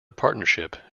partnership